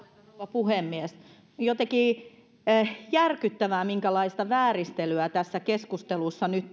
puhemies jotenkin järkyttävää minkälaista vääristelyä tässä keskustelussa nyt